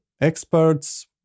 experts